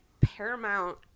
Paramount